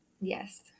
Yes